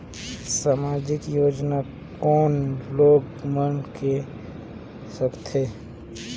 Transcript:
समाजिक योजना कोन लोग मन ले सकथे?